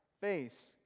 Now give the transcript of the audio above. face